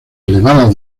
elevadas